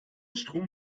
strom